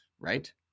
right